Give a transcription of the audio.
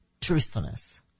truthfulness